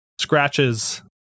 scratches